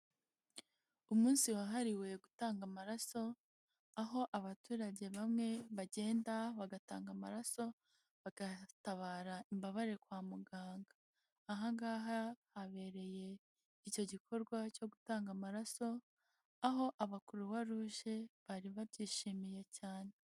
Umunsi wahariwe gutanga amaraso, aho abaturage bamwe bagenda bagatanga amaraso bagatabara imbabare kwa muganga, aha ngaha habereye icyo gikorwa cyo gutanga amaraso, aho abakuruwaruje bari babyishimiye cyane.